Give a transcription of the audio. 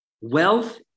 Wealth